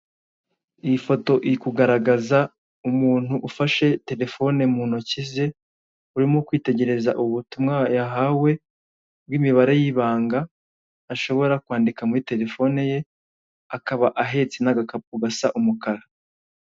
=Iyi foto iri kugaragaza umuntu ufashe terefonie mu ntoki ze arimo kwitegereza ubutumwa yahawe bw'imibare y'ibanga ashobora kwandika muri terefone ye akaba ahetse n'agakapu k'umukara.